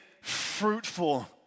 fruitful